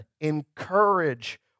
encourage